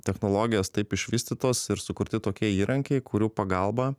technologijos taip išvystytos ir sukurti tokie įrankiai kurių pagalba